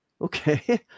Okay